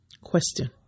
Question